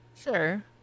Sure